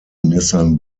nissan